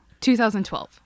2012